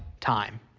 time